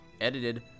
edited